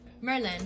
Merlin